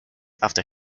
after